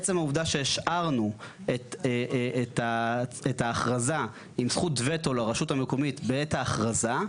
עצם העובדה שהשארנו את ההכרזה עם זכות וטו לרשות המקומית בעת ההכרזה,